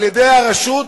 על-ידי הרשות